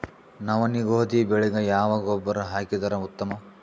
ನವನಿ, ಗೋಧಿ ಬೆಳಿಗ ಯಾವ ಗೊಬ್ಬರ ಹಾಕಿದರ ಉತ್ತಮ?